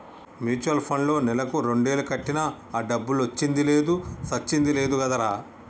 mutual పండ్లో నెలకు రెండేలు కట్టినా ఆ డబ్బులొచ్చింది లేదు సచ్చింది లేదు కదరా